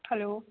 hello